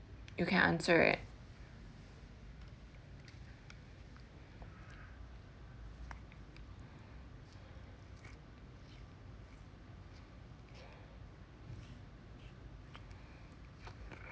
you can answer it